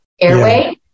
Airway